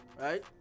right